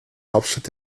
hauptstadt